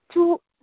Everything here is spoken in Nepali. चु